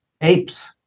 apes